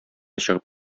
чыгып